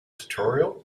tutorial